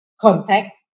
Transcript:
contact